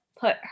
put